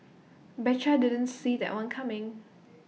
betcha didn't see that one coming